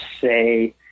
say